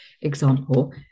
example